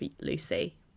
Lucy